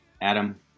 Adam